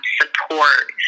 support